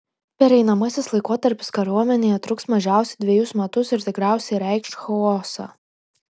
pereinamasis laikotarpis kariuomenėje truks mažiausiai dvejus metus ir tikriausiai reikš chaosą